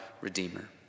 redeemer